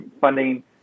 funding